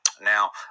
now